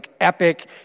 epic